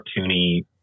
cartoony